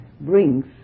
brings